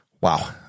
Wow